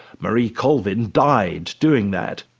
marie colvin died doing that.